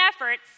efforts